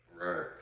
Right